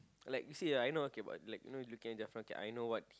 like you see ah I know okay but looking at the okay I know what